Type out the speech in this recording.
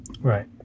Right